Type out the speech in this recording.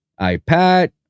iPad